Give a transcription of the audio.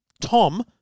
Tom